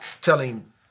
telling